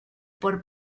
por